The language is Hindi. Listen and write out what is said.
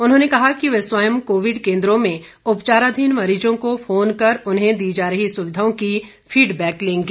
उन्होंने कहा कि वह स्वयं कोविड केंद्रों में उपचाराधीन मरीजों को फोन कर उन्हें दी जा रही सुविधाओं की फीडबैक लेंगे